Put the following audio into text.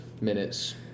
minutes